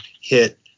hit